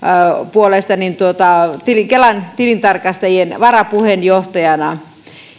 puolesta kelan tilintarkastajien varapuheenjohtajana